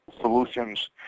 solutions